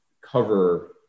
cover